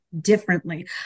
differently